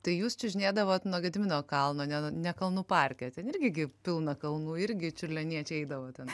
tai jūs čiužinėdavo nuo gedimino kalno ne ne kalnų parke ten irgi gi pilna kalnų irgi čiurlioniečiai eidavo ten